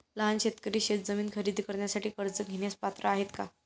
लहान शेतकरी शेतजमीन खरेदी करण्यासाठी कर्ज घेण्यास पात्र आहेत का?